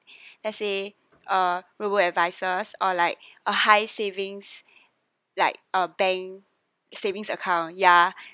let's say uh robot advisor or like a high savings like a bank savings account ya